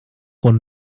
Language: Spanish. con